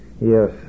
Yes